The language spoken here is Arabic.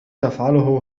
تفعله